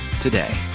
today